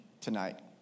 tonight